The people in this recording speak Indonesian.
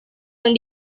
yang